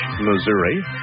Missouri